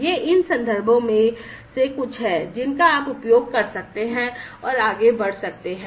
ये इन संदर्भों में से कुछ हैं जिनका आप उपयोग कर सकते हैं और आगे बढ़ सकते हैं